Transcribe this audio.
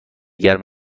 گرم